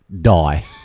die